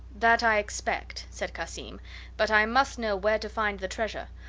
that i expect, said cassim but i must know where to find the treasure,